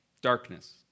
darkness